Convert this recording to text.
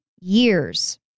years